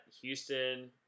Houston